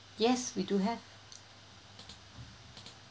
yes we do have